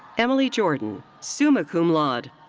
emily jordan, summa cum laude.